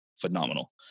phenomenal